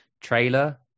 trailer